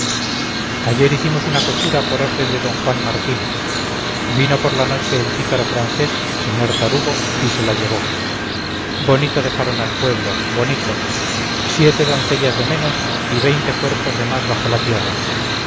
ayer hicimos una cochura por orden de d juan martín vino por la noche el pícaro francés señor tarugo y se la llevó bonito dejaron al pueblo bonito siete doncellas de menos y veinte cuerpos de más bajo la tierra